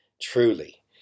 truly